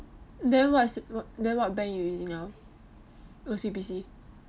then what then what bank you using now O_C_B_C